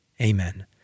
Amen